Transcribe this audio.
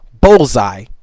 bullseye